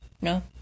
No